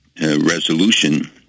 resolution